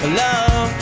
love